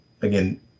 again